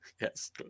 Yes